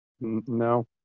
No